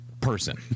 person